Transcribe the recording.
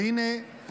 והינה,